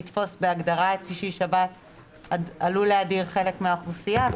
לתפוס בהגדרה את שישי-שבת עלול להדיר חלק מהאוכלוסייה.